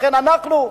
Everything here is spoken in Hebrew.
לכן אנחנו,